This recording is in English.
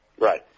Right